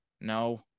No